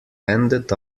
ended